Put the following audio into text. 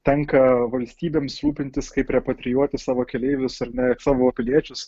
tenka valstybėms rūpintis kaip repatrijuoti savo keleivius ar net savo piliečius